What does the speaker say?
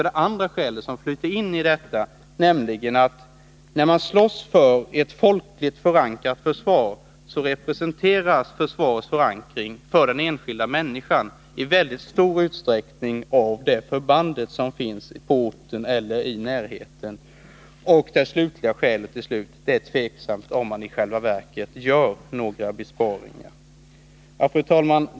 Det andra skälet flyter in i. detta: När man slåss för ett folkligt förankrat försvar skall man hålla i minnet att försvarets förankring för den enskilda människan i stor utsträckning representeras av det förband som finns på orten eller i närheten. Det slutliga skälet är: Det är tvivelaktigt om man i själva verket gör några besparingar. Fru talman!